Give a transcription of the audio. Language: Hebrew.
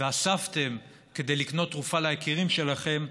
ואספתם כדי לקנות תרופה ליקירים שלכם,